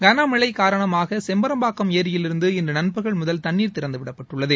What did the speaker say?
களமழை காரணமாக செம்பரம்பாக்கம் ஏரியிலிருந்து இன்று நண்பகல் முதல் தண்ணீர் திறந்து விடப்பட்டுள்ளது